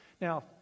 Now